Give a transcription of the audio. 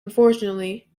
unfortunately